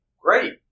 great